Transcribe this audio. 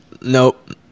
Nope